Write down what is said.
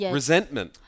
resentment